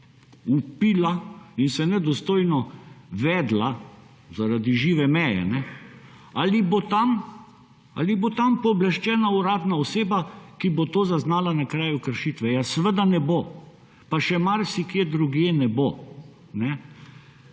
vpila in se nedostojno vedla zaradi žive meje, ali bo tam pooblaščena uradna oseba, ki bo to zaznala na kraju kršitve? Seveda ne bo. Pa še marsikje drugje ne bo.